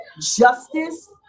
justice